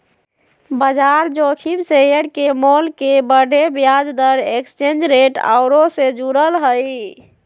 बजार जोखिम शेयर के मोल के बढ़े, ब्याज दर, एक्सचेंज रेट आउरो से जुड़ल हइ